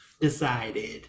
decided